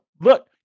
look